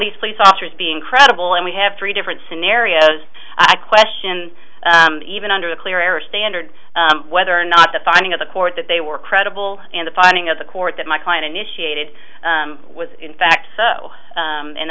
these police officers being credible and we have three different scenarios i question even under a clear air standard whether or not the finding of the court that they were credible and the finding of the court that my client initiated was in fact so